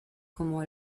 como